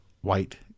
White